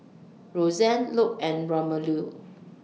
Rozanne Luc and Romello